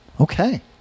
Okay